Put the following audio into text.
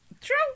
true